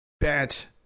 bet